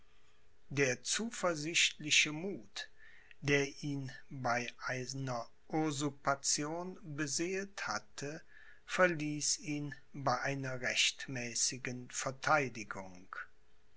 der zuversichtliche muth der ihn bei einer usurpation beseelt hatte verließ ihn bei einer rechtmäßigen verteidigung